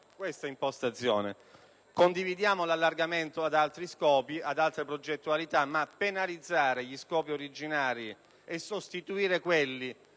adottata. Si condivide l'allargamento ad altri scopi, ad altre progettualità, ma penalizzare gli scopi originari e sostituirli